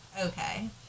okay